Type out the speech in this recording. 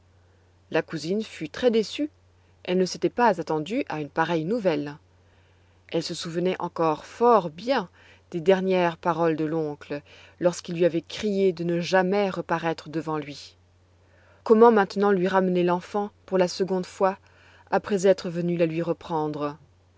la cousine fut très déçue elle ne s'était pas attendue à une pareille nouvelle elle se souvenait encore fort bien des dernières paroles de l'oncle lorsqu'il lui avait crié de ne jamais reparaître devant lui comment maintenant lui ramener l'enfant pour la seconde fois après être venue la lui reprendre